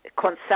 consult